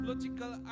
logical